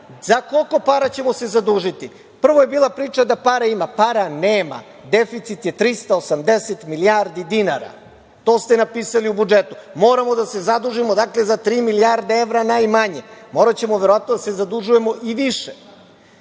Za koliko para ćemo se zadužiti? Prvo je bila priča da para ima. Para nema. Deficit je 380 milijardi dinara. To ste napisali u budžetu. Moramo da se zadužimo dakle, za tri milijarde evra, najmanje. Moraćemo, verovatno, da se zadužujemo i više.